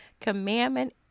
commandment